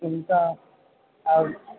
ఇంకా ఆరు